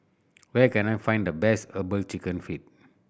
where can I find the best Herbal Chicken Feet